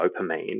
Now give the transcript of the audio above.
dopamine